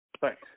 Thanks